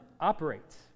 operates